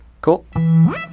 Cool